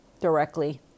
directly